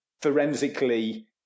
forensically